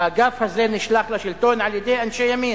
האגף הזה נשלח לשלטון על-ידי אנשי ימין,